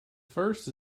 first